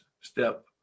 step